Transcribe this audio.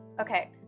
Okay